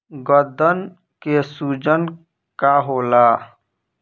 गदन के सूजन का होला?